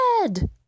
Red